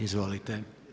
Izvolite.